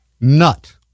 Nut